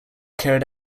carried